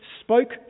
spoke